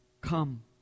come